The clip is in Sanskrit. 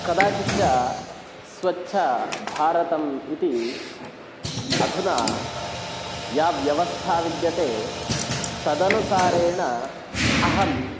कदाचिच्च स्वच्छभारतम् इति अधुना या व्यवस्था विद्यते तदनुसारेण अहं